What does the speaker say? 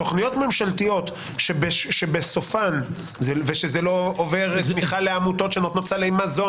תכניות ממשלתיות שלא עוברות לתמיכה של עמותות שנותנות סלי מזון